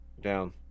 Down